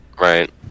right